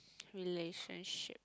relationship